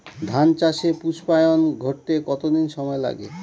ধান চাষে পুস্পায়ন ঘটতে কতো দিন সময় লাগে?